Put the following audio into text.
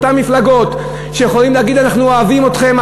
אותן מפלגות שיכולות להגיד: אנחנו אוהבים אתכם,